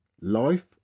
life